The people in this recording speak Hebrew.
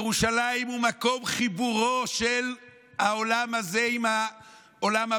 ירושלים הוא מקום חיבורו של העולם הזה עם העולם הבא,